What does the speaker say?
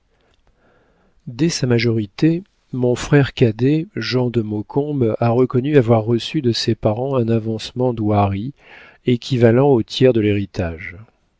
dès sa majorité mon frère cadet jean de maucombe a reconnu avoir reçu de ses parents un avancement d'hoirie équivalant au tiers de l'héritage